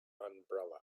umbrella